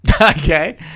Okay